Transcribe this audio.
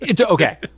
okay